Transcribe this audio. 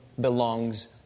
belongs